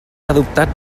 adoptat